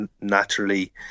naturally